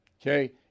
Okay